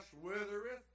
withereth